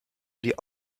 die